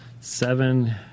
Seven